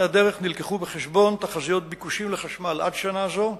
הדרך נלקחו בחשבון תחזיות ביקושים לחשמל עד שנה זו,